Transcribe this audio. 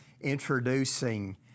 introducing